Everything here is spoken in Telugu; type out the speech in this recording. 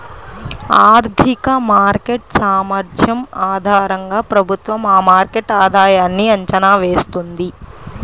ఆర్థిక మార్కెట్ సామర్థ్యం ఆధారంగా ప్రభుత్వం ఆ మార్కెట్ ఆధాయన్ని అంచనా వేస్తుంది